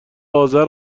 آذر